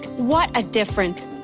what a difference.